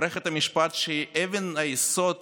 מערכת משפט שהיא אבן היסוד